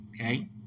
Okay